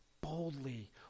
boldly